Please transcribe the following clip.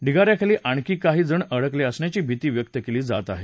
टिगा याखाली आणखी काही जण अडकले असण्याची भीती व्यक्त केली जात आहे